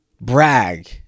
brag